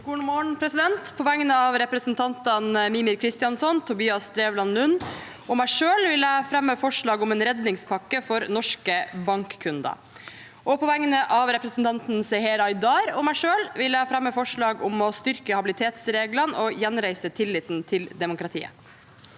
(R) På vegne av representantene Mímir Kristjánsson, Tobias Drevland Lund og meg selv vil jeg fremme forslag om en redningspakke for norske bankkunder. På vegne av representanten Seher Aydar og meg selv vil jeg fremme forslag om å styrke habilitetsreglene og gjenreise tilliten til demokratiet.